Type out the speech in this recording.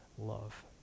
love